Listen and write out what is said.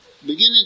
beginning